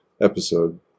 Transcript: episode